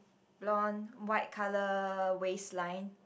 blond white colour waistline